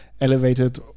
elevated